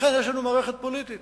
לכן יש לנו מערכת פוליטית